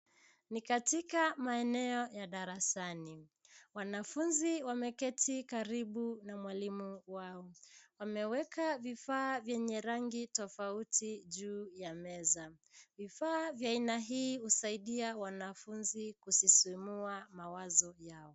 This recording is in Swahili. Ni katika maeneo ya darasani. Wanafunzi wameketi karibu na mwalimu wao. Ameweka vifaa vyenye rangi tofauti juu ya meza. Vifaa vya aina hii husaidia wanafunzi kusisimua wanafunzi mawazo yao.